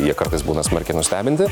jie kartais būna smarkiai nustebinti